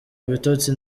ibitotsi